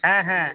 হ্যাঁ হ্যাঁ